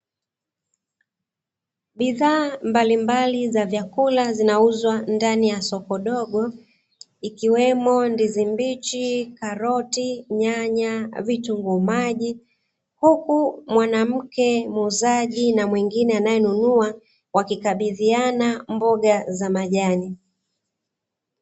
Bidhaa mbalimbali za vyakula zinauzwa ndani ya soko dogo, ikiwemo: ndizi mbichi, karoti, nyanya, vitunguu maji, huku mwanamke muuzaji na mwingine anayenunua wakikabidhiana mboga za majani.